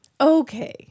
Okay